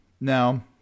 now